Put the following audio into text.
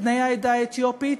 בני העדה האתיופית,